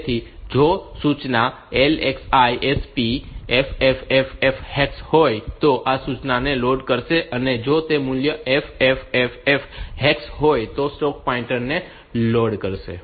તેથી જો સૂચના LXI SP FFFF હેક્સ હોય તો આ સૂચનાને લોડ કરશે અને જો તે મૂલ્ય FFFF હેક્સ હોય તો સ્ટેક પોઇન્ટર ને લોડ કરશે